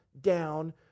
down